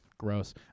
Gross